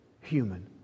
human